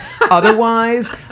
Otherwise